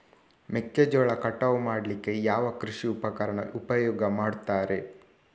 ಮೆಕ್ಕೆಜೋಳ ಕಟಾವು ಮಾಡ್ಲಿಕ್ಕೆ ಯಾವ ಕೃಷಿ ಉಪಕರಣ ಉಪಯೋಗ ಮಾಡ್ತಾರೆ?